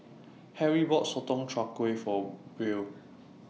Harry bought Sotong Char Kway For Buell